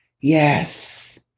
Yes